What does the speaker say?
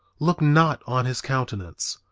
look not on his countenance,